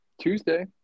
Tuesday